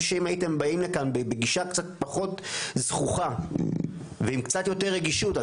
שאם הייתם באים לכאן בגישה קצת פחות זחוחה ועם קצת יותר רגישות,